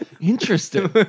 Interesting